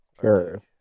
Sure